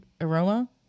aroma